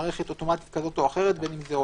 במערכת אוטומטית כזאת או אחרת, בין אם זה סמ"ס,